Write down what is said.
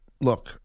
look